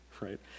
right